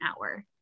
hour